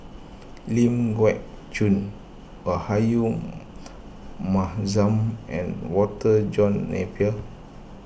Ling Geok Choon Rahayu Mahzam and Walter John Napier